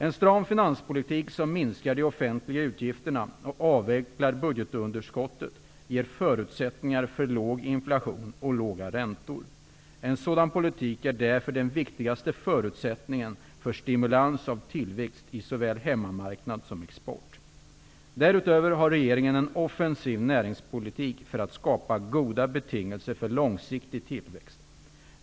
En stram finanspolitik som minskar de offentliga utgifterna och avvecklar budgetunderskottet ger förutsättningar för låg inflation och låga räntor. En sådan politik är därför den viktigaste förutsättningen för stimulans av tillväxt i såväl hemmamarknad som export. Därutöver har regeringen en offensiv näringspolitik för att skapa goda betingelser för långsiktig tillväxt.